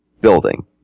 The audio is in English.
building